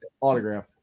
autograph